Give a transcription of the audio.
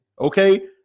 okay